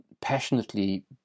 passionately